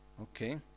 Okay